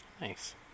Nice